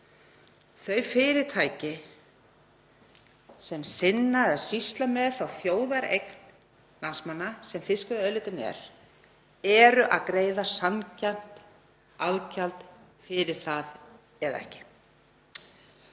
þau fyrirtæki sem sinna eða sýsla með þá þjóðareign landsmanna sem fiskveiðiauðlindin er, eru að greiða sanngjarnt afgjald fyrir það eða ekki.